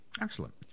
Excellent